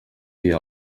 dia